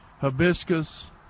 hibiscus